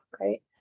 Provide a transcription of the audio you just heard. right